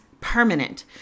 permanent